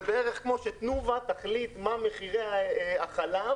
זה בערך כמו שתנובה תחליט מה מחירי החלב